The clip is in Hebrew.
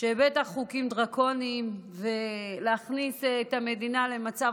שבטח חוקים דרקוניים ולהכניס את המדינה למצב